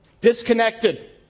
disconnected